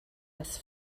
das